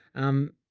um,